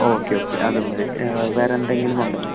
okay okay അതും ആയി വേറെ എന്തെങ്കിലും ഉണ്ടോ